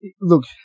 look